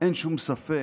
אין שום ספק